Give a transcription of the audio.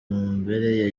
mumbere